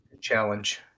Challenge